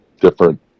different